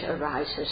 arises